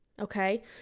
Okay